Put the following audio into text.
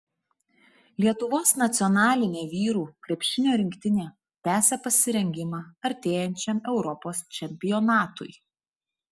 lietuvos nacionalinė vyrų krepšinio rinktinė tęsią pasirengimą artėjančiam europos čempionatui